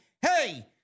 hey